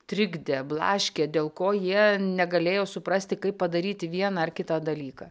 trikdė blaškė dėl ko jie negalėjo suprasti kaip padaryti vieną ar kitą dalyką